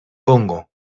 congo